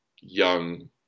young –